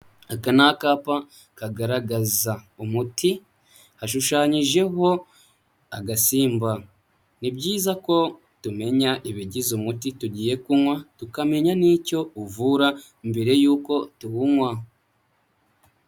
Aka ni akapa kagaragaza umuti, hashushanyijeho agasimba. Ni byiza ko tumenya ibigize umuti tugiye kunywa, tukamenya n'icyo uvura mbere y'uko tuwunywa.